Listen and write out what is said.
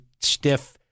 stiff